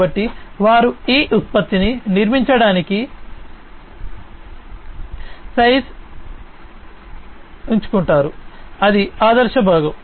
కాబట్టి వారు ఈ ఉత్పత్తిని నిర్మించటానికి ize హించుకుంటారు అది ఆదర్శ భాగం